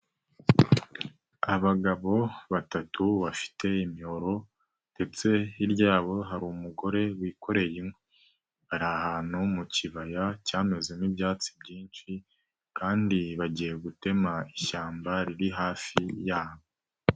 Abagabo batatu bafite imihoro ndetse hiryabo hari umugore wikoreye inkwi, ari ahantu mu kibaya cyamezemo ibyatsi byinshi kandi bagiye gutema ishyamba riri hafi yabo.